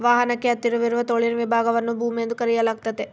ವಾಹನಕ್ಕೆ ಹತ್ತಿರವಿರುವ ತೋಳಿನ ವಿಭಾಗವನ್ನು ಬೂಮ್ ಎಂದು ಕರೆಯಲಾಗ್ತತೆ